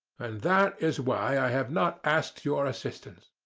and that is why i have not asked your assistance.